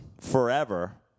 forever